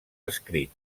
escrit